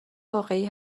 واقعی